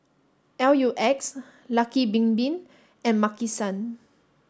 L U X Lucky Bin Bin and Maki San